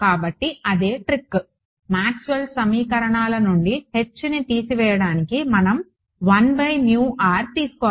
కాబట్టి అదే trick Maxwell సమీకరణాల నుండి Hని తీసివేయడానికి మనం తీసుకోవాలి